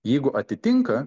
jeigu atitinka